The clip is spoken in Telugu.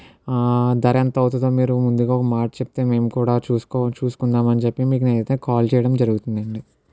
ధర ఎంత అవుతుందో మీరు ముందుగా ఒక మాట చెపితే మేం కూడా చూసుకొ చూసుకుందామని నేనైతే మీకు కాల్ చేయడం జరుగుతుందండీ